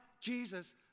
Jesus